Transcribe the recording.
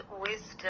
wisdom